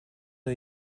are